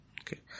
Okay